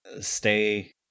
stay